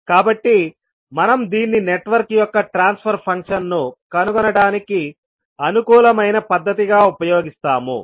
కాబట్టి మనం దీన్ని నెట్వర్క్ యొక్క ట్రాన్స్ఫర్ ఫంక్షన్ను కనుగొనటానికి అనుకూలమైన పద్ధతిగా ఉపయోగిస్తాము